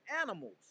animals